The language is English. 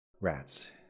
Rats